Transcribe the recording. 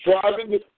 driving